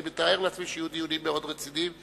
אני מתאר לעצמי שיהיו דיונים מאוד רציניים.